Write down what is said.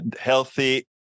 healthy